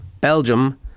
Belgium